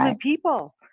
people